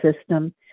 system